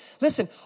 listen